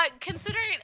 Considering